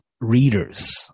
readers